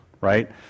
right